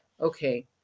Okay